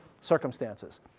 circumstances